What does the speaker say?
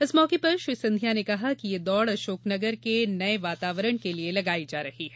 इस मौके पर श्री सिंधिया ने कहा कि यह दौड़ अशोकनगर के नए वातावरण के लिए लगाई जा रही है